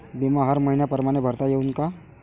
बिमा हर मइन्या परमाने भरता येऊन का?